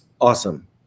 awesome